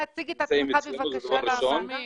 זה דבר ראשון.